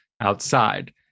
outside